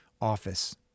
office